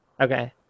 Okay